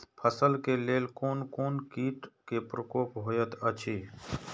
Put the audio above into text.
फसल के लेल कोन कोन किट के प्रकोप होयत अछि?